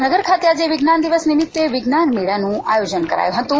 જામનગર ખાતે આજે વિજ્ઞાન દિવસ નિમિત્તે વિજ્ઞાન મેળાનું આયોજન કરાયું હતું